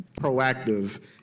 proactive